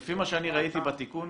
לפי מה שאני ראיתי בתיקון,